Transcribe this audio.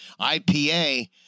IPA